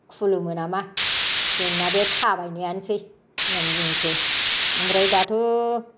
खुलुमो नामा जोंना बे थाबायनायानोसै होननानै बुंनोसै ओमफ्राय दाथ'